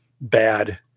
bad